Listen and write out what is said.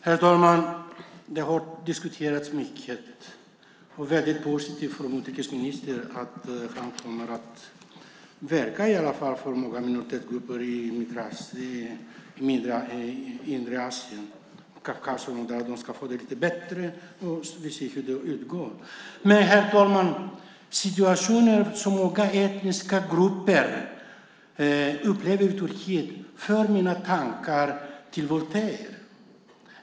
Herr talman! Det har diskuterats mycket, och det är positivt att utrikesministern kommer att verka för att minoritetsgrupper i Mindre Asien och Kaukasus ska få det lite bättre. Herr talman! Situationen som olika etniska grupper upplever i Turkiet för mina tankar till Voltaire.